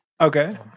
Okay